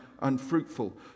unfruitful